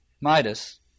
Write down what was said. Midas